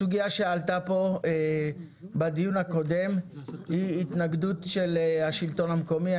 הסוגיה שעלתה כאן בדיון הקודם היא התנגדות של השלטון המקומי.